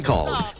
Calls